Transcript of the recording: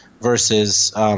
versus –